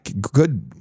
Good